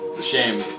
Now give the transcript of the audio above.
Shame